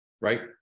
Right